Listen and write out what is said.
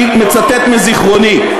אני מצטט מזיכרוני,